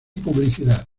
publicidad